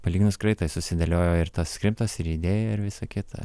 palyginus greitai susidėliojo ir tas skriptas ir idėja ir visa kita